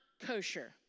kosher